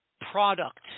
product